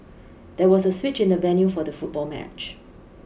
there was a switch in the venue for the football match